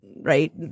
right